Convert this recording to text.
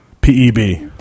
P-E-B